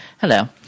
Hello